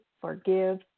forgive